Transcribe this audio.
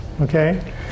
Okay